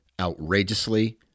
outrageously